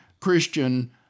Christian